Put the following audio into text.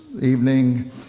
evening